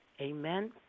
Amen